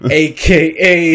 aka